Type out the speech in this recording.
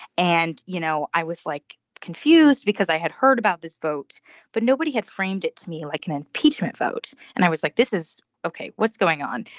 and you know i was like confused because i had heard about this vote but nobody had framed to me like an impeachment vote. and i was like this is ok. what's going on.